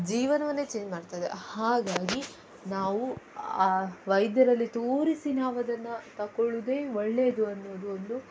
ಜೀವನವನ್ನೇ ಚೇಂಜ್ ಮಾಡ್ತದೆ ಹಾಗಾಗಿ ನಾವು ವೈದ್ಯರಲ್ಲಿ ತೋರಿಸಿ ನಾವದನ್ನು ತಗೊಳ್ಳೋದೆ ಒಳ್ಳೆಯದು ಅನ್ನೋದು ಒಂದು